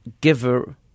giver